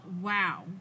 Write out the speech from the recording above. wow